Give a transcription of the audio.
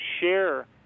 share